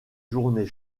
journées